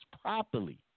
properly